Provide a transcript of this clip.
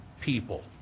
people